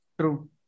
True